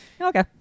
okay